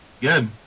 Good